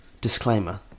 disclaimer